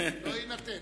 לא יינתן.